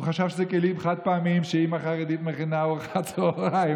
הוא חשב שזה כלים חד-פעמיים שאימא חרדית מכינה ארוחת צוהריים.